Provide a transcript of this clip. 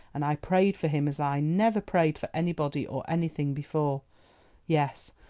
and i prayed for him as i never prayed for anybody or anything before yes,